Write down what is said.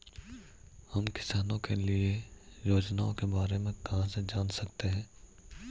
हम किसानों के लिए योजनाओं के बारे में कहाँ से जान सकते हैं?